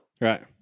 Right